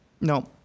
no